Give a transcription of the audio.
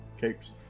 cakes